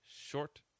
short